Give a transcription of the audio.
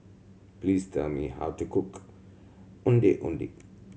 please tell me how to cook Ondeh Ondeh